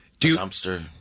dumpster